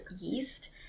yeast